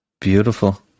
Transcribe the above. Beautiful